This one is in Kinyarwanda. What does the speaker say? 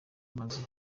mazu